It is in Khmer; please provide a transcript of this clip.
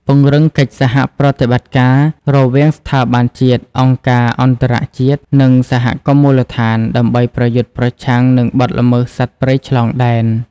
ពង្រឹងកិច្ចសហប្រតិបត្តិការ រវាងស្ថាប័នជាតិ អង្គការអន្តរជាតិ និងសហគមន៍មូលដ្ឋាន ដើម្បីប្រយុទ្ធប្រឆាំងនឹងបទល្មើសសត្វព្រៃឆ្លងដែន។